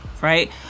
Right